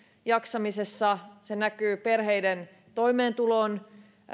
jaksamisessa se näkyy perheiden toimeentuloon